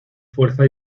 fuerza